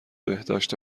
بهداشت